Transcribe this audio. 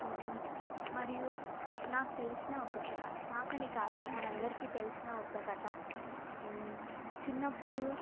మరియు నాకు తెలిసిన ఒక కథ నాకని కాదు మనందరికీ తెలిసిన ఒక కథ చిన్నప్పుడు